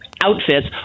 outfits